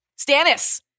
Stannis